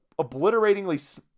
obliteratingly